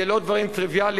זה לא דברים טריוויאליים,